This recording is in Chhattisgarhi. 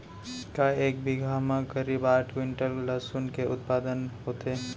का एक बीघा म करीब आठ क्विंटल लहसुन के उत्पादन ह होथे?